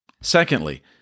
Secondly